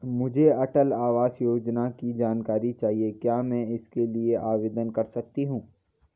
मुझे अटल आवास योजना की जानकारी चाहिए क्या मैं इसके लिए आवेदन कर सकती हूँ?